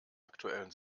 aktuellen